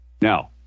Now